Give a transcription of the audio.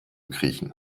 kriechen